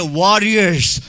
warriors